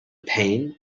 pain